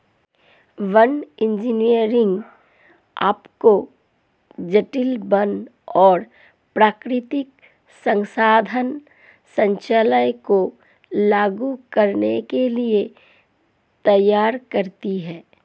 one engineering आपको जटिल वन और प्राकृतिक संसाधन संचालन को लागू करने के लिए तैयार करती है